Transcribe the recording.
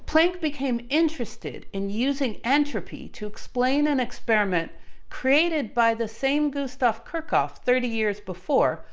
planck became interested in using entropy, to explain an experiment created by the same gustav kirchhoff, thirty years before,